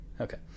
Okay